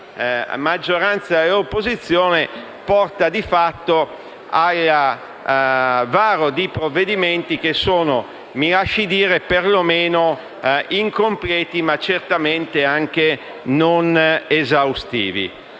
maggioranza e opposizione porta di fatto al varo di provvedimenti, mi lasci dire, perlomeno incompleti e certamente non esaustivi.